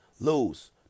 lose